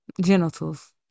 genitals